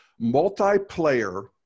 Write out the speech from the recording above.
multiplayer